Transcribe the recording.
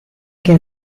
che